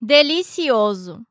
Delicioso